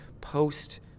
post